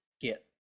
get